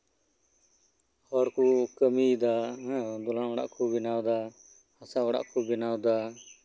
ᱦᱚᱠᱚ ᱠᱟᱹᱢᱤᱭᱮᱫᱟ ᱦᱮᱸ ᱫᱟᱞᱟᱱ ᱚᱲᱟᱜ ᱠᱚ ᱵᱮᱱᱟᱣ ᱮᱫᱟ ᱦᱟᱥᱟ ᱚᱲᱟᱜ ᱠᱚ ᱵᱮᱱᱟᱣ ᱮᱫᱟ